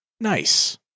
Nice